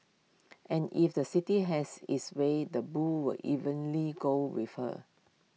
and if the city has its way the bull were evenly go with her